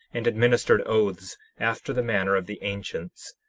and administered oaths after the manner of the ancients,